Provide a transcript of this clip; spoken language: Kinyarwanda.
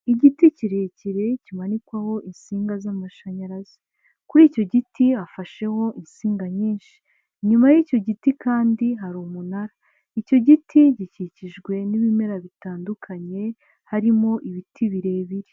Igiti kirekire kimanikwaho insinga z'amashanyarazi. Kuri icyo giti hafasheho insinga nyinshi, nyuma y'icyo giti kandi hari umunara. Icyo giti gikikijwe n'ibimera bitandukanye, harimo ibiti birebire.